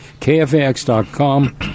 Kfax.com